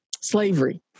slavery